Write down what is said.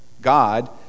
God